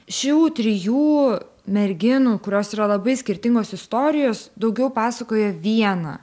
šių trijų merginų kurios yra labai skirtingos istorijos daugiau pasakoja vieną